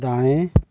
दाएँ